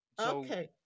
Okay